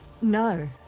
No